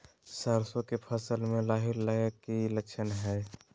सरसों के फसल में लाही लगे कि लक्षण हय?